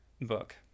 book